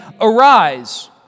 Arise